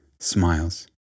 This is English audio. smiles